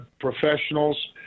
professionals